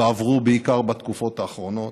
ועברו בעיקר בתקופות האחרונות.